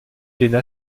helena